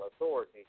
authority